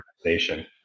organization